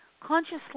consciously